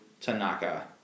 Tanaka